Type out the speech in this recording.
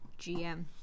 GM